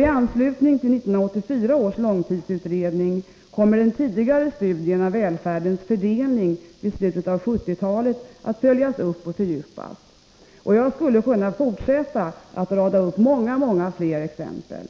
I anslutning till 1984 års långtidsutredning kommer den tidigare studien av välfärdens fördelning vid slutet av 1970-talet att följas upp och fördjupas. Jag skulle kunna fortsätta att rada upp många, många fler exempel.